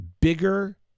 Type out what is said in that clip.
bigger